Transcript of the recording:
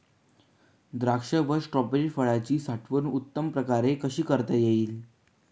द्राक्ष व स्ट्रॉबेरी फळाची साठवण उत्तम प्रकारे कशी करता येईल?